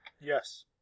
Yes